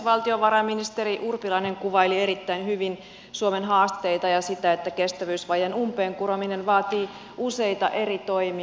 valtiovarainministeri urpilainen kuvaili erittäin hyvin suomen haasteita ja sitä että kestävyysvajeen umpeen kurominen vaatii useita eri toimia